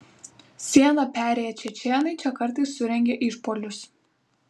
sieną perėję čečėnai čia kartais surengia išpuolius